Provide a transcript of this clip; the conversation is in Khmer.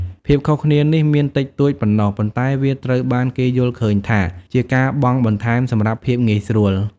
ភាពខុសគ្នានេះមានតិចតួចប៉ុណ្ណោះប៉ុន្តែវាត្រូវបានគេយល់ឃើញថាជាការបង់បន្ថែមសម្រាប់ភាពងាយស្រួល។